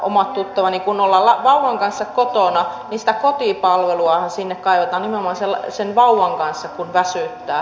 kun ollaan vauvan kanssa kotona sitähän sinne kaivataan nimenomaan sen vauvan kanssa kun väsyttää